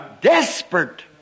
Desperate